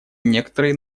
некоторые